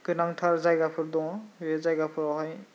गोनांथार जायगाफोर दङ बे जायगाफोरावहाय